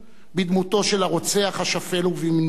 בדמותו של הרוצח השפל ובמניעיו,